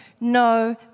no